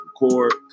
record